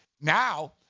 now